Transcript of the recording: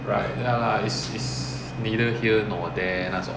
ya lah is neither here nor there 那种